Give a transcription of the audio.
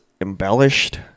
embellished